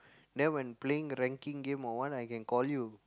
then when playing ranking game or what I can call you